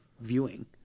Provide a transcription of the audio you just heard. viewing